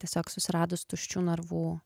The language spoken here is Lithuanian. tiesiog susiradus tuščių narvų